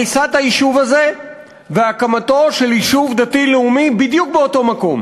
הריסת היישוב הזה והקמתו של יישוב דתי לאומי בדיוק באותו מקום?